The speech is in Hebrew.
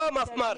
היא לא המפמ"ר.